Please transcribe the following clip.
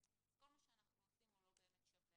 כל מה שאנחנו עושים הוא לא באמת שווה